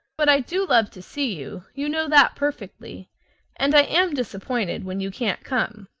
but i do love to see you you know that perfectly and i am disappointed when you can't come.